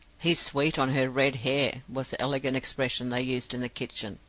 he's sweet on her red hair was the elegant expression they used in the kitchen.